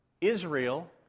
Israel